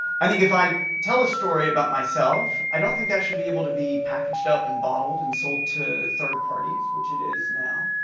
i think if i tell a story about myself, i don't think that should be able to be packaged up and bottled and sold to third parties, which it is now,